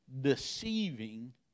deceiving